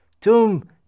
tum